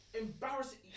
embarrassing